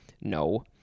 No